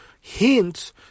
hints